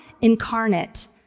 incarnate